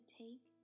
take